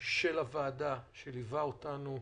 של הוועדה שליווה אותנו.